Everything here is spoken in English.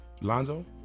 Lonzo